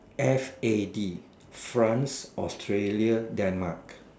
F A D France Australia Denmark